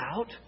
out